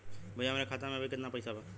भईया हमरे खाता में अबहीं केतना पैसा बा?